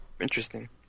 interesting